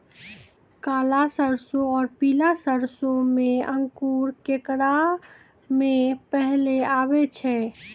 काला सरसो और पीला सरसो मे अंकुर केकरा मे पहले आबै छै?